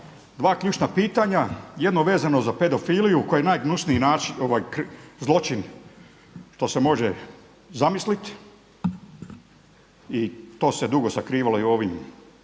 dva ključna pitanja, jedno vezano za pedofiliju koja je najgnusniji zločin što se može zamisliti i to se dugo sakrivalo i ovim